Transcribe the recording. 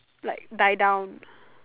like die down